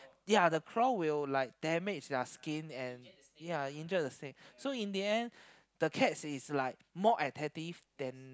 ya the crow will like damage their skin and ya injure the snake so in the end the cats is more attractive than